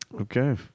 Okay